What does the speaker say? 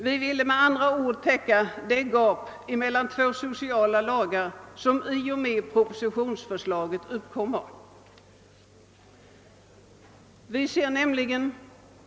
Vi ville med andra ord täcka det gap mellan två sociala lagar som i och med propositionsförslaget uppkommer.